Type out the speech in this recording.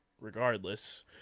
regardless